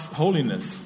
holiness